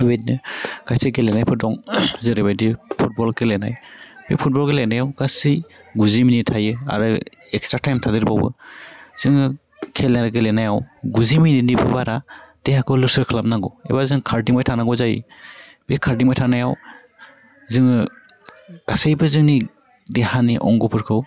बेबायदिनो खायसे गेलेनायफोर दं जेरैबायदि फुटबल गेलेनाय बे फुटबल गेलेनायाव गासै गुजि मिनिट थायो आरो एक्स्रा थाइम थादेरबावो जोङो खेला गेलेनायाव गुजि मिनिटनिबो बारा देहाखौ लोर सोर खालामनांगौ एबा जों खारदिंबाय थानांगौ जायो बे खारदिंबाय थानायाव जोङो गासैबो जोंनि देहानि अंग'फोरखौ